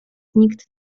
nikt